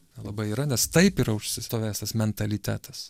nelabai yra nes taip yra užsistovėjęs tas mentalitetas